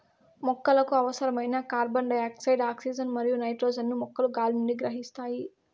మొక్కలకు అవసరమైన carbon dioxide, oxygen మరియు నైట్రోజన్ ను మొక్కలు గాలి నుండి గ్రహిస్తాయి